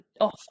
off